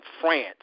France